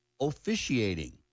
officiating